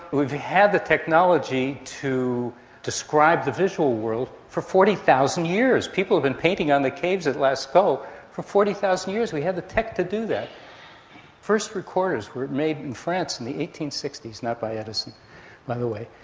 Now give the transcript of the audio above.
we've had the technology to describe the visual world for forty thousand years, people have been painting on the caves at lascaux for forty thousand years, we had the tech to do that. the first recorders were made in france in the eighteen sixty, not by edison by the way.